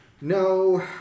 No